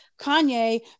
Kanye